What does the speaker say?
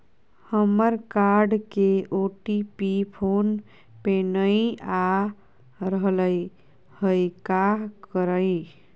हमर कार्ड के OTP phone पे नई आ रहलई हई, का करयई?